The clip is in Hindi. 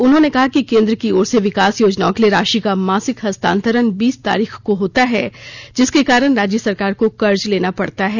उन्होंने कहा कि केंद्र की ओर से विकास योजनाओं के लिए राशि का मासिक हस्तांरिण बीस तारीख को होता है जिसके कारण राज्य सरकार को कर्ज लेना पड़ता है